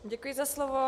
Děkuji za slovo.